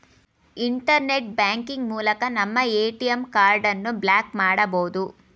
internet banking ಮೂಲಕ ನಮ್ಮ ATM ಕಾರ್ಡನ್ನು ಬ್ಲಾಕ್ ಮಾಡಬೊದು